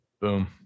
Boom